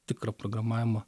tikrą programavimą